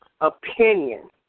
opinion